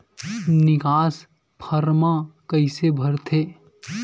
निकास फारम कइसे भरथे?